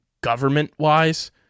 government-wise